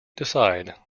decide